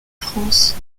france